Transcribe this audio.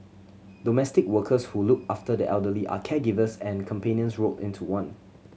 domestic workers who look after the elderly are caregivers and companions rolled into one